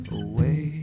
away